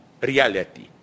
reality